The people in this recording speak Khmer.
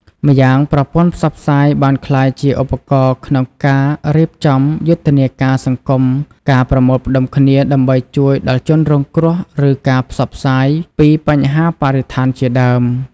ម្យ៉ាងប្រព័ន្ធផ្សព្វផ្សាយបានក្លាយជាឧបករណ៍ក្នុងការរៀបចំយុទ្ធនាការសង្គមការប្រមូលផ្តុំគ្នាដើម្បីជួយដល់ជនរងគ្រោះឬការផ្សព្វផ្សាយពីបញ្ហាបរិស្ថានជាដើម។